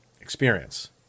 experience